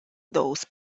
those